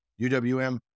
UWM